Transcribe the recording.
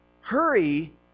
Hurry